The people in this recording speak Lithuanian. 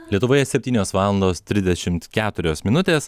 lietuvoje septynios valandos trisdešimt keturios minutės